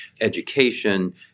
education